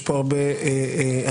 יש פה הרבה סוגיות,